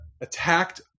attacked